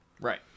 Right